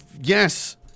yes